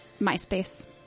MySpace